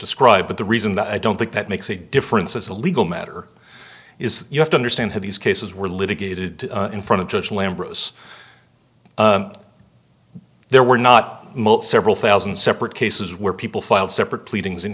described but the reason that i don't think that makes a difference as a legal matter is you have to understand how these cases were litigated in front of judge lam bros there were not most several thousand separate cases where people filed separate pleadings in